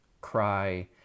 cry